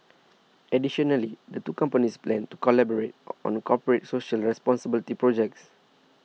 additionally the two companies plan to collaborate on corporate social responsibility projects